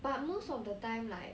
but most of the time like